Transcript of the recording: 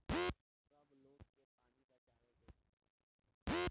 सब लोग के की पानी बचावे के चाही